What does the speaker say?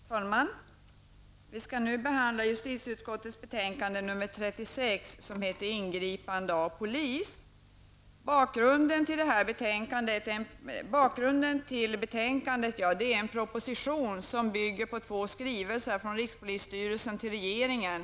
Herr talman! Vi skall nu behandla justitieutskottets betänkande nr 36 som heter Ingripande av polis. Bakgrunden till detta betänkande är en proposition som bygger på två skrivelser från rikspolisstyrelsen till regeringen.